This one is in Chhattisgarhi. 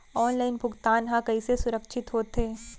ऑनलाइन भुगतान हा कइसे सुरक्षित होथे?